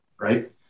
right